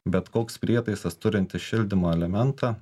bet koks prietaisas turintis šildymo elementą